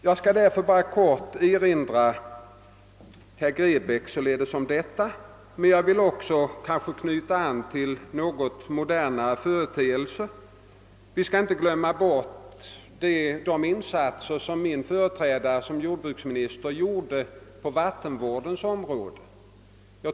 Jag har därför nu bara velat helt kort erinra herr Grebäck om det förgångna. Men jag vill också knyta an till något modernare företeelser. Vi skall inte glömma bort de insatser som min företrädare som jordbruksminister gjorde på vattenvårdens område.